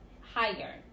Higher